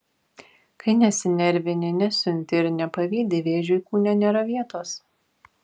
kai nesinervini nesiunti ir nepavydi vėžiui kūne nėra vietos